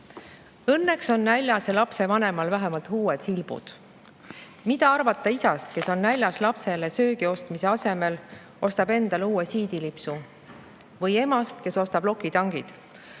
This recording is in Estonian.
on näljase lapse vanemal vähemalt uued hilbud. Mida arvata isast, kes näljas lapsele söögi ostmise asemel ostab endale uue siidilipsu, või emast, kes ostab lokitangid?